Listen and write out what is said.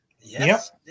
Yes